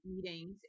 meetings